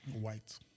White